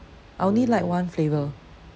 I only like one flavour